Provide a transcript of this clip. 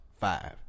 five